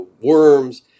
worms